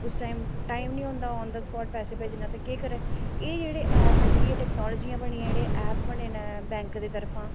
उस time time निं होंदा आन दा स्पाट पैसे भेजने दा एह् जेह्ड़ा ऐप ऐ जेह्ड़ी एह् टैक्नोलजियां बनियां जेह्ड़े ऐप बने न बैंक दे तरफा